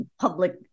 public